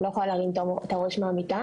לא יכולה להרים את הראש מהמיטה.